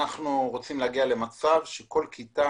אנחנו רוצים להגיע למצב שכל כיתה